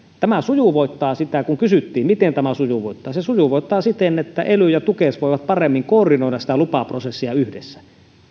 tämä sujuvoittaa sitä kun kysyttiin miten tämä sujuvoittaa se sujuvoittaa siten että ely ja tukes voivat paremmin koordinoida sitä lupaprosessia yhdessä